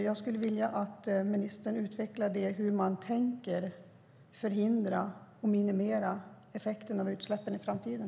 Jag skulle vilja att ministern utvecklar hur man tänker förhindra och minimera effekten av utsläppen i framtiden.